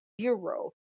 zero